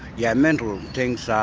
yeah, mental things, ah